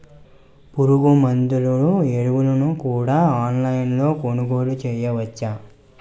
పురుగుమందులు ఎరువులను కూడా ఆన్లైన్ లొ కొనుగోలు చేయవచ్చా?